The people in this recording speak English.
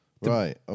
Right